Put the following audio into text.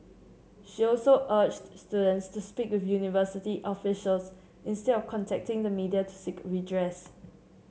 she also urged students to speak with university officials instead of contacting the media to seek redress